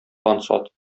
ансат